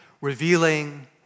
revealing